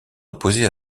opposée